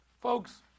Folks